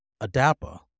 Adapa